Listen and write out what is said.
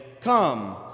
Come